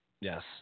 Yes